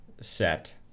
set